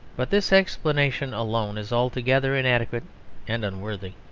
but this explanation alone is altogether inadequate and unworthy.